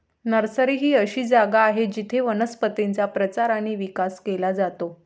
nursery ही अशी जागा आहे जिथे वनस्पतींचा प्रचार आणि विकास केला जातो